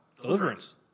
Deliverance